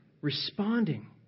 responding